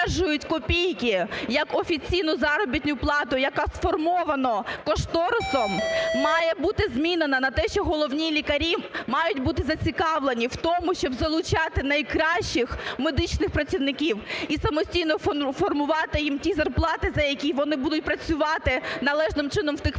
одержують копійки як офіційну заробітну плату, яка сформована кошторисом, має бути змінена на те, що головні лікарі мають бути зацікавлені в тому, щоб залучати найкращих медичних працівників і самостійно формувати їм ті зарплати, за які вони будуть працювати належним чином в тих медичних